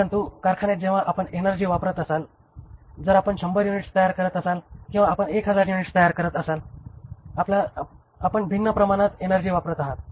परंतु कारखान्यात जेव्हा आपण एनर्जी वापरत आहात जर आपण 100 युनिट्स तयार करत असाल किंवा आपण 1000 युनिट्स तयार करत असताना आपण भिन्न प्रमाणात एनर्जी वापरत आहात